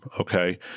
okay